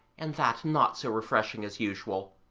and that not so refreshing as usual,